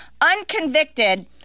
unconvicted